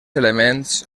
elements